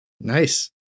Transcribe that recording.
Nice